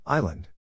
Island